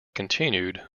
continued